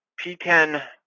P10